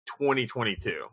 2022